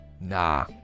nah